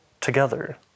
together